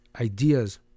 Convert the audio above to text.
ideas